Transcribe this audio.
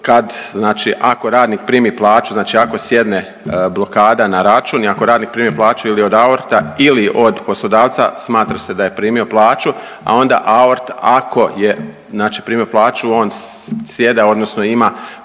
kad znači, ako radnik primi plaću, znači ako sjedne blokada na račun i ako radnik primi plaću ili od AORT-a ili od poslodavca, smatra se da je primio plaću, a onda AORT ako je, znači primio plaću, on sjeda odnosno ima